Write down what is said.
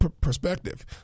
perspective